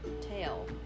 tail